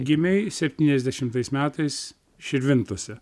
gimei septyniasdešimtais metais širvintose